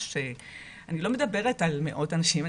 אני לא מדברת על מאות אנשים.